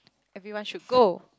everyone should go